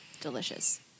delicious